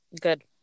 good